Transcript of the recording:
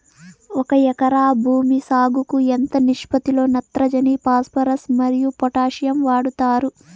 ఒక ఎకరా భూమి సాగుకు ఎంత నిష్పత్తి లో నత్రజని ఫాస్పరస్ మరియు పొటాషియం వాడుతారు